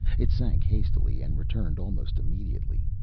it sank hastily, and returned almost immediately,